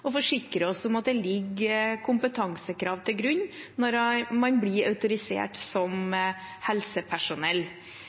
og forsikre oss om at det ligger kompetansekrav til grunn når man blir autorisert som